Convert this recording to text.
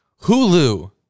Hulu